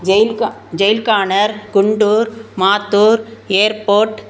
ஜெய்ல்கா jail கானர் Guntur Mathur airport